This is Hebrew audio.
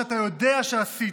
שאתה יודע שעשית,